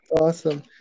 awesome